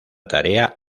tarea